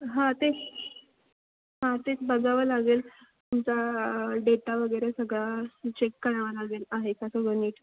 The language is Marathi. हां ते हां तेच बघावं लागेल तुमचा डेटा वगैरे सगळा चेक करावं लागेल आहे का सगळं नीट